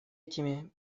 этими